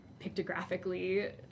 pictographically